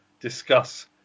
discuss